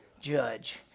Judge